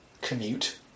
commute